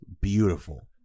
beautiful